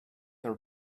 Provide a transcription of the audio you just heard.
are